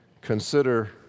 Consider